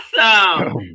awesome